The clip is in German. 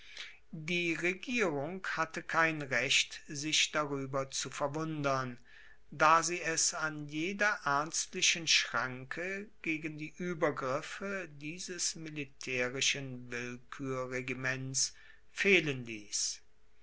die regierung hatte kein recht sich darueber zu verwundern da sie es an jeder ernstlichen schranke gegen die uebergriffe dieses militaerischen willkuerregiments fehlen liess